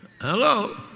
Hello